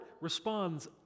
responds